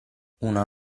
una